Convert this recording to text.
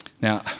Now